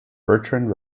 bertrand